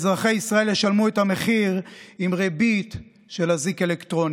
ואזרחי ישראל ישלמו את המחיר עם ריבית של אזיק אלקטרוני.